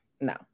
no